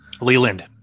Leland